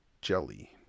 jelly